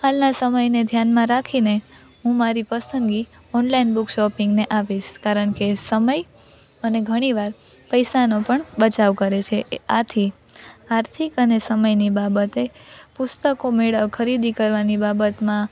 હાલના સમયને ધ્યાનમાં રાખીને હું મારી પસંદગી ઓનલાઇન બૂક શોપિંગને આપીશ કારણકે સમય અને ઘણીવાર પૈસાનો પણ બચાવ કરે છે એ આથી આર્થિક અને સમયની બાબતે પુસ્તકો ખરીદી કરવાની બાબતમાં